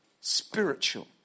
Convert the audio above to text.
spiritual